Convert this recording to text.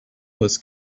was